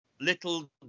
Little